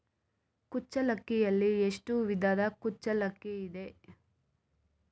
ಕುಚ್ಚಲಕ್ಕಿಯಲ್ಲಿ ಎಷ್ಟು ವಿಧದ ಕುಚ್ಚಲಕ್ಕಿ ಇದೆ?